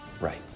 right